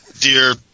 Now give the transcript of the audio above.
dear